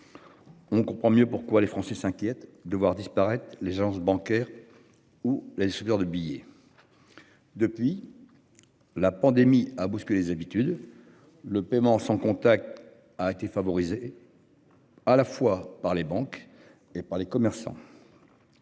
On comprend mieux pourquoi les Français s'inquiètent de voir disparaître les gens s'bancaires. Ou les les de billets. Depuis. La pandémie a bousculé les habitudes. Le paiement sans contact a été favorisée. À la fois par les banques et par les commerçants.